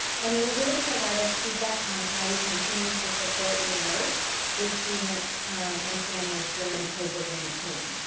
and it will really provide us feedback on how we continue to support your work with students and families during covid nineteen.